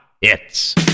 hits